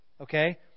Okay